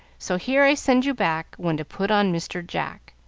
so here i send you back one to put on mr. jack.